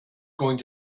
going